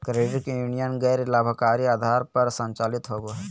credit union गैर लाभकारी आधार पर संचालित होबो हइ